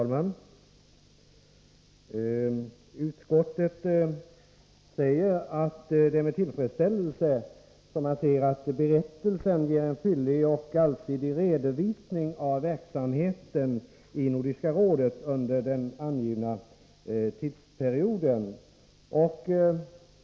Fru talman! Utskottet säger att det är med tillfredsställelse som man ser att berättelsen ger en fyllig och allsidig redovisning av verksamheten i Nordiska rådet under den angivna tidsperioden.